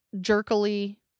jerkily